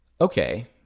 Okay